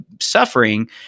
suffering